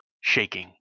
shaking